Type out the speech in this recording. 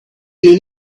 you